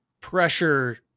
pressure